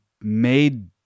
made